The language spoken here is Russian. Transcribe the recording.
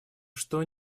что